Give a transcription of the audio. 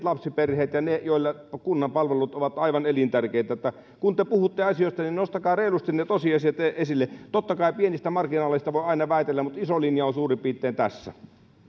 lapsiperheet ja ne joille kunnan palvelut ovat aivan elintärkeitä kun te puhutte asioista niin nostakaa reilusti tosiasiat esille totta kai pienistä marginaaleista voi aina väitellä mutta iso linja on suurin piirtein tässä